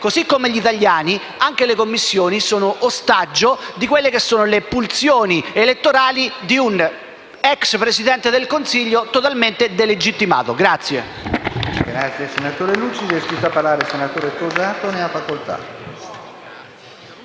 Come gli italiani, anche le Commissioni sono ostaggio delle pulsioni elettorali di un ex Presidente del Consiglio totalmente delegittimato*.